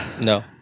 No